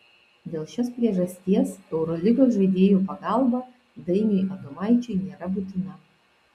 dėl šios priežasties eurolygos žaidėjų pagalba dainiui adomaičiui nėra būtina